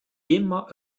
immer